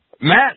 Matt